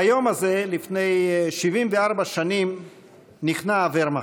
ביום הזה לפני 74 שנים נכנע הוורמאכט,